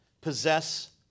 possess